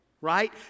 right